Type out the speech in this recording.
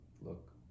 look